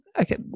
okay